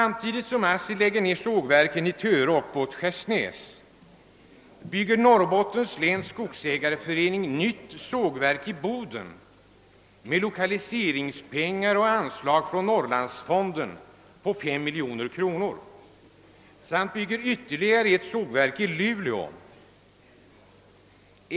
Medan ASSI lägger ned sågverk i Töre och Båtskärsnäs bygger sålunda Norrlands skogsägareförening nytt sågverk i Boden för lokaliseringspengar och med anslag från norrlandsfonden på 5 miljoner kronor. Dessutom bygger Norrlands skogsägareförening ytterligare eti sågverk i Luleå.